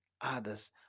others